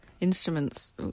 instruments